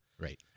Right